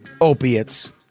opiates